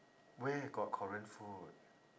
where got korean food